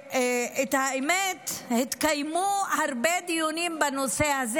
האמת היא שהתקיימו הרבה דיונים בנושא הזה.